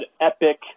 epic